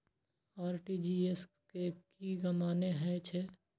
RTGS के की मानें हे छे?